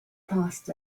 passed